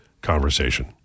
conversation